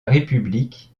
république